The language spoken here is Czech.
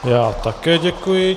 Já také děkuji.